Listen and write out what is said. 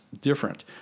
different